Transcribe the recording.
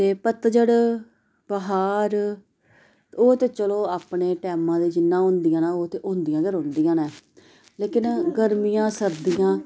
ते पतझ़ड़ बहार ओह् ते चलो अपने टैमें दे जि'यां होंदियां न ओह् ते होंदियां के रौहंदियां न लेकिन गर्मियां सर्दियां